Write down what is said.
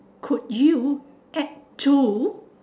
could you add to